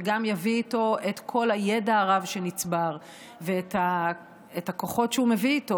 וגם יביא איתו את כל הידע הרב שנצבר ואת הכוחות שהוא מביא איתו,